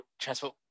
transport